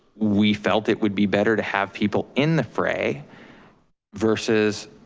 we felt it would be better to have people in the fray versus